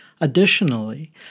Additionally